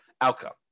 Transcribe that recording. outcome